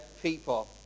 people